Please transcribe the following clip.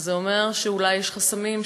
זה אומר שאולי יש חסמים,